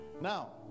Now